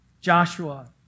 Joshua